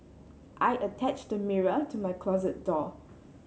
I attached to mirror to my closet door